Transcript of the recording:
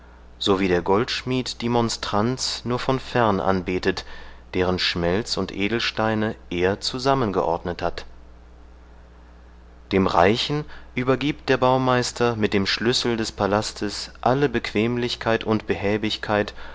so wie der goldschmied die monstranz nur von fern anbetet deren schmelz und edelsteine er zusammengeordnet hat dem reichen übergibt der baumeister mit dem schlüssel des palastes alle bequemlichkeit und behäbigkeit